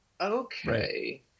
Okay